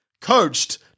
coached